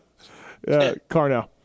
Carnell